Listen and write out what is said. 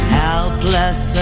helpless